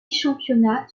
championnat